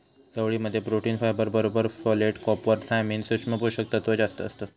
चवळी मध्ये protein, fibre बरोबर फोलेट, कॉपर, थायमिन, सुक्ष्म पोषक तत्त्व जास्तं असतत